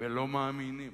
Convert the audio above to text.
ולא מאמינים.